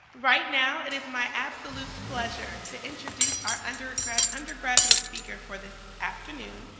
right now, it is my absolute pleasure to introduce our undergraduate undergraduate speaker for this afternoon,